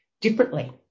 differently